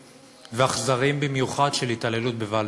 ואכזריים במיוחד של התעללות בבעלי-חיים.